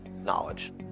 knowledge